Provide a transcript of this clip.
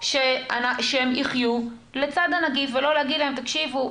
שהם יחיו לצד הנגיף ולא להגיד להם: תקשיבו,